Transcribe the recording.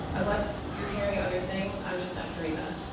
unless you're hearing other things, i'm just not hearing that.